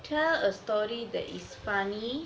tell a story that is funny